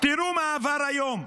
תראו מה עבר היום,